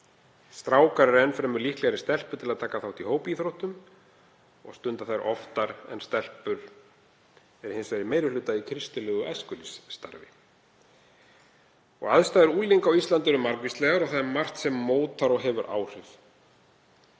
Strákar eru líklegri en stelpur til að taka þátt í hópíþróttum og stunda þær oftar. Stelpur eru hins vegar í meiri hluta í kristilegu æskulýðsstarfi. Aðstæður unglinga á Íslandi eru margvíslegar og það er margt sem mótar og hefur áhrif.